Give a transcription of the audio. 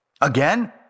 Again